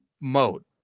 mode